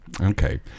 Okay